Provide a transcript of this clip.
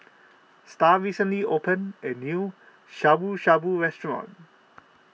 Star recently opened a new Shabu Shabu restaurant